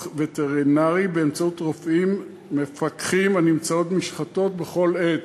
וטרינרי באמצעות רופאים מפקחים הנמצאים במשחטות בכל עת.